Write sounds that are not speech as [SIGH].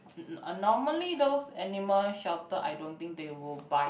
[NOISE] normally those animal shelter I don't think they will bite